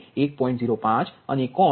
તેથી V1 એ 1